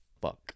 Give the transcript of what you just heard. fuck